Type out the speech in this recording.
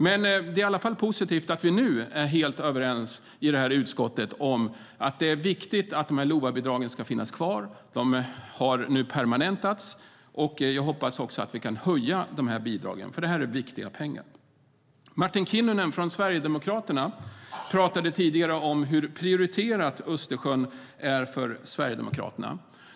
Men det är i alla fall positivt att vi nu är helt överens i utskottet om att det är viktigt att LOVA-bidragen ska finnas kvar. De har nu permanentats. Jag hoppas också att vi kan höja bidragen, för det här är viktiga pengar. Martin Kinnunen från Sverigedemokraterna pratade tidigare om hur prioriterat Östersjön är för Sverigedemokraterna.